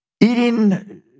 Eating